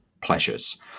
pleasures